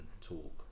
talk